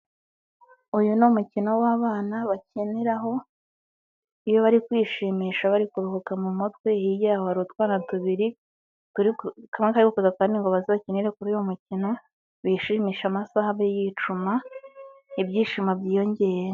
Uyu ni umukino w'abana bakiniraho, iyo bari kwishimisha bari kuruhuka mu mutwe hirya yaho hari utwana tubiri, turi ku kamwe kari gukurura akandi ngo baze bakinire kuri uyu mukino, bishimisha amasaha abe yicuma, ibyishimo byiyongere.